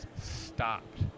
stopped